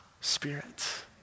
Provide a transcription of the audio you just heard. Spirit